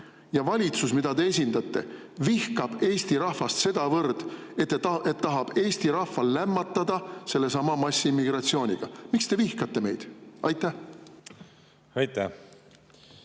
ja valitsus, mida te esindate, vihkab Eesti rahvast sedavõrd, et tahab Eesti rahva lämmatada massiimmigratsiooniga? Miks te vihkate meid? Aitäh! Ma